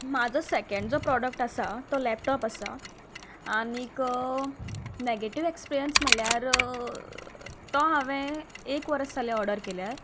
म्हजो सेकेंड जो प्रोडक्ट आसा तो लॅपटोप आसा आनी नेगेटीव एक्सपिऱ्यंस म्हणल्यार तो हांवें एक वर्स जालें ओर्डर केल्यार